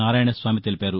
నారాయణ స్వామి తెలిపారు